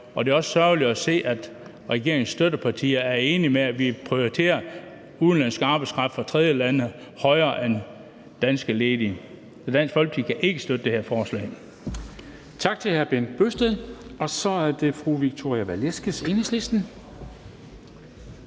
Og det er også sørgeligt at se, at regeringens støttepartier er enige om at prioritere udenlandsk arbejdskraft fra tredjeverdenslande højere end danske ledige. Så Dansk Folkeparti kan ikke støtte det her forslag.